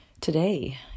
Today